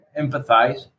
empathize